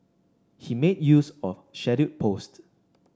he made use of scheduled post